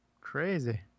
Crazy